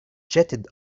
jetted